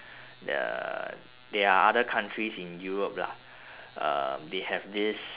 the there are other countries in europe lah uh they have this